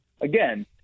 again